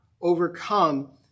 overcome